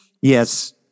Yes